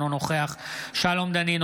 אינו נוכח שלום דנינו,